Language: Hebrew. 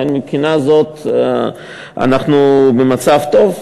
לכן, מבחינה זו אנחנו במצב טוב.